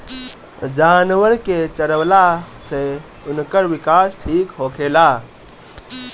जानवर के चरवला से उनकर विकास ठीक होखेला